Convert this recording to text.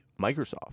Microsoft